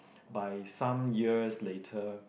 by some years later